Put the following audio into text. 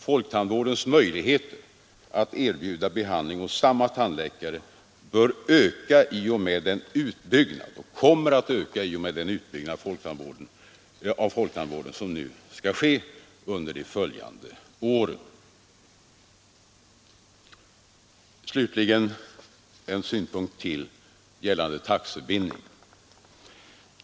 Folktandvårdens möjligheter att erbjuda behandling hos samma tandläkare bör öka och kommer att öka i och med den utbyggnad av folktandvården som nu skall ske under de följande åren. Slutligen en synpunkt till gällande taxebindning.